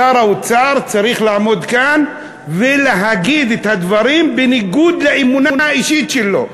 שר האוצר צריך לעמוד כאן ולהגיד את הדברים בניגוד לאמונה האישית שלו.